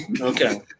Okay